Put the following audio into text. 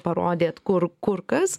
parodėt kur kur kas